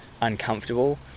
uncomfortable